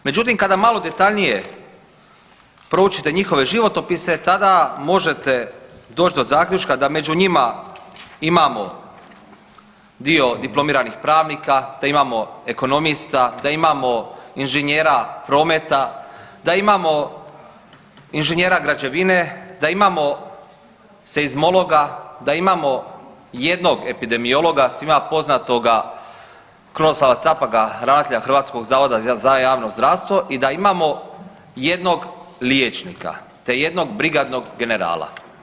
Međutim, kada malo detaljnije proučite njihove životopise tada možete doći do zaključka da među njima imamo dio diplomiranih pravnika, da imamo ekonomista, da imamo inženjera prometa, da imamo inženjera građevine, da imamo seizmologa, da imamo jednog epidemiologa svima poznatoga Krunoslava Capaka, ravnatelja Hrvatskog zavoda za javno zdravstvo i da imamo jednog liječnika, te jednog brigadnog generala.